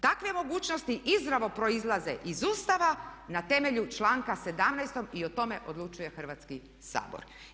Takve mogućnosti izravno proizlaze iz Ustava na temelju članka 17. i o tome odlučuje Hrvatski sabor.